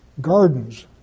Gardens